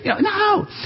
No